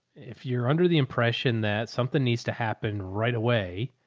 if you're under the impression that something needs to happen right away.